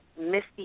Misty